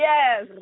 Yes